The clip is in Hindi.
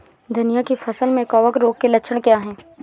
धनिया की फसल में कवक रोग के लक्षण क्या है?